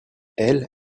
elle